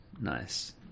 Nice